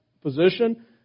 position